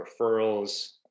referrals